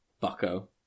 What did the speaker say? Bucko